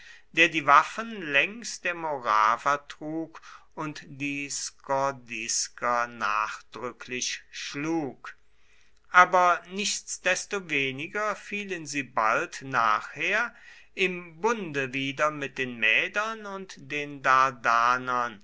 der die waffen längs der morawa trug und die skordisker nachdrücklich schlug aber nichtsdestoweniger fielen sie bald nachher im bunde wieder mit den mädern und den